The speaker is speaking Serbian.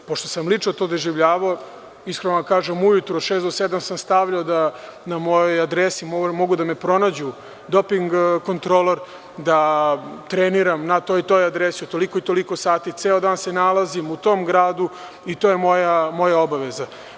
Pošto sam lično to doživljavao, iskreno vam kažem, ujutru od šest do sedam sam stavljao da na mojoj adresi može da me pronađe doping kontrolor, da treniram na toj i toj adresi u toliko i toliko sati i ceo dan se nalazim u tom gradu i to je moja obaveza.